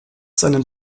seinem